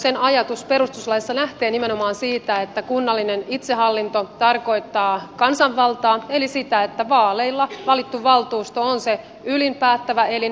sen ajatus perustuslaissa lähtee nimenomaan siitä että kunnallinen itsehallinto tarkoittaa kansanvaltaa eli sitä että vaaleilla valittu valtuusto on se ylin päättävä elin